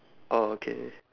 oh okay